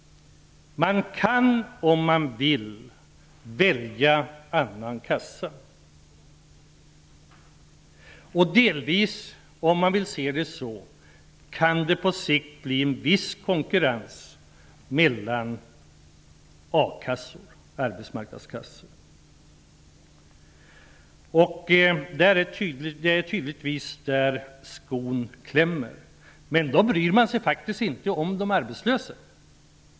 Man kan om man vill välja en annan a-kassa. Om vi vill se det så kan det på sikt bli en viss konkurrens mellan a-kassor. Det är tydligen där skon klämmer. Men då bryr man sig inte om de arbetslösa.